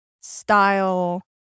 style